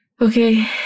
okay